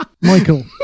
Michael